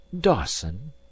dawson